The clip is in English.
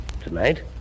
Tonight